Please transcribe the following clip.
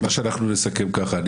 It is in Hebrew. אנחנו נסכם ככה: